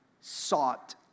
sought